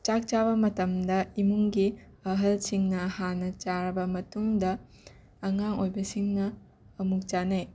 ꯆꯥꯛ ꯆꯥꯕ ꯃꯇꯝꯗ ꯏꯃꯨꯡꯒꯤ ꯑꯍꯜꯁꯤꯡꯅ ꯍꯥꯟꯅ ꯆꯥꯔꯕ ꯃꯇꯨꯡꯗ ꯑꯉꯥꯡ ꯑꯣꯏꯕꯁꯤꯡꯅ ꯑꯃꯨꯛ ꯆꯥꯅꯩ